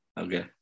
Okay